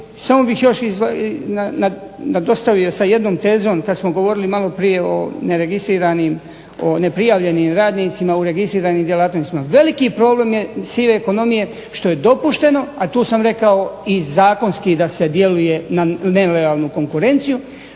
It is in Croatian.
Samo bih još nadostavio sa jednom tezom kada samo govorili o neprijavljenim radnicima u registriranim djelatnostima. Veliki problem sive ekonomije što je dopušteno, a tu sam rekao i zakonski da se djeluje na nelojalnu konkurenciju